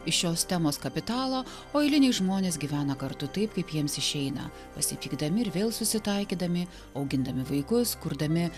iš šios temos kapitalo o eiliniai žmonės gyvena kartu taip kaip jiems išeina pasipykdami ir vėl susitaikydami augindami vaikus kurdami